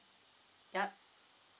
yup